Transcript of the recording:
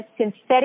synthetic